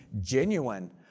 genuine